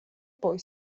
poi